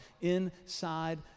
inside